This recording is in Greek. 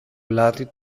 πλάτη